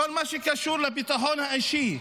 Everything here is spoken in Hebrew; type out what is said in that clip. בכל מה שקשור לביטחון האישי,